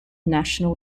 national